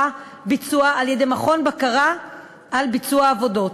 ביצוע על-ידי מכון בקרה על ביצוע העבודות.